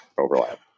overlap